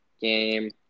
game